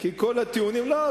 לא,